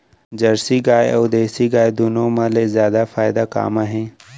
Jersey गाय अऊ देसी गाय दूनो मा ले जादा फायदा का मा हे?